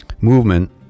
movement